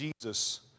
Jesus